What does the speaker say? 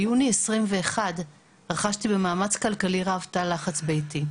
ביוני 2021 רכשתי במאמץ כלכלי רב, תא לחץ ביתי.